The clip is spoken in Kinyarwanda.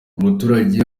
umuturage